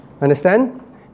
Understand